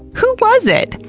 who was it!